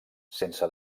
sense